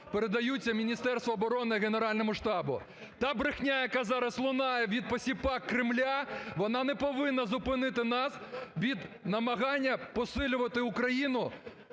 передаються Міністерству оборони і Генеральному штабу. Та брехня, яка зараз лунає від посіпак Кремля, вона не повинна зупинити нас від намагання посилювати Україну